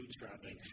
bootstrapping